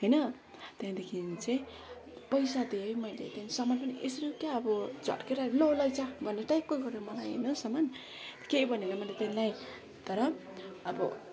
होइन त्यहाँदेखि चाहिँ पैसा दिए है मैले सामान पनि यसमा पनि क्या अब झर्केर लु लैजा भनेर ट्याक्क गऱ्यो मलाई होइन सामान केही भनिन त्यसलाई तर अबो